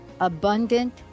abundant